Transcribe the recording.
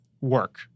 work